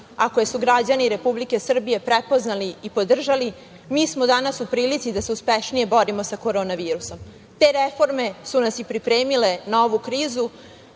a koje su građani Republike Srbije prepoznali i podržali, mi smo danas u prilici da se uspešnije borimo sa Korona virusom. Te reforme su nas i pripremile na ovu krizu